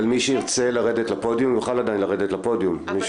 אבל מי שירצה לרדת לפודיום יוכל עדיין לרדת לפודיום?